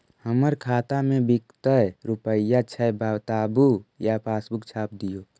हमर खाता में विकतै रूपया छै बताबू या पासबुक छाप दियो?